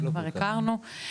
כבר הכרנו.